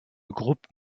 groupe